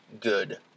good